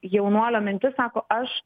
jaunuolio mintis sako aš